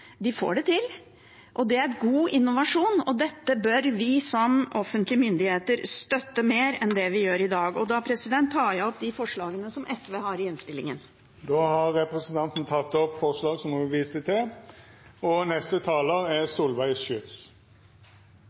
de får det til. Det er god innovasjon, og dette bør vi som offentlige myndigheter støtte mer enn vi gjør i dag. Da tar jeg opp de forslagene som SV har i innstillingen. Representanten Karin Andersen har teke opp dei forslaga ho refererte til. Vi står midt i en krise som har tvunget oss til